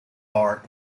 art